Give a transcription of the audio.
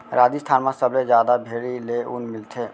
राजिस्थान म सबले जादा भेड़ी ले ऊन मिलथे